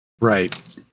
Right